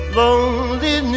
lonely